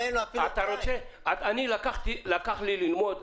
לו אין אפילו --- לקח לי ארבע שעות ללמוד,